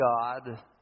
God